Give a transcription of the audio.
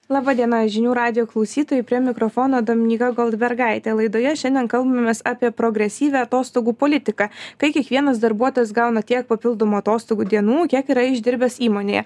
laba diena žinių radijo klausytojai prie mikrofono dominyka goldbergaitė laidoje šiandien kalbamės apie progresyvią atostogų politiką kai kiekvienas darbuotojas gauna tiek papildomų atostogų dienų kiek yra išdirbęs įmonėje